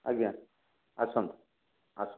ଆଜ୍ଞା ଆସନ୍ତୁ ଆସନ୍ତୁ